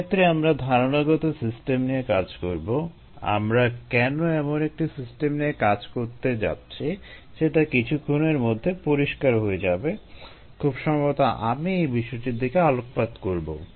এক্ষেত্রে আমরা ধারণাগত সিস্টেম নিয়ে কাজ করবো আমরা কেন এমন একটি সিস্টেম নিয়ে কাজ করতে যাচ্ছি সেটা কিছুক্ষণের মধ্যে পরিষ্কার হয়ে যাবে খুব সম্ভবত আমি এ বিষয়টির দিকে আলোকপাত করবো